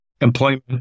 employment